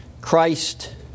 Christ